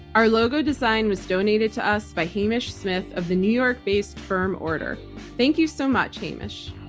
our logo design was donated to us by hamish smyth of the new york based firm order. thank you so much, hamish.